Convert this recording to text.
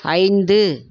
ஐந்து